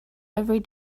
every